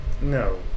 No